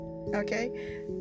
okay